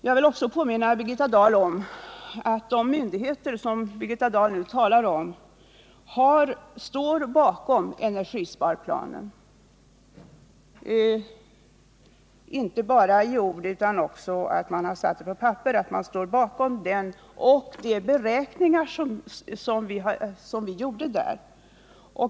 Jag vill också påminna Birgitta Dahl om att de myndigheter hon talar om står bakom energisparplanen, inte bara i ord — man har också satt på papper att man står bakom den och de beräkningar som vi där gjorde.